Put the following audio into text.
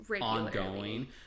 ongoing